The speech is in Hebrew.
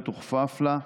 ותוכפף לה.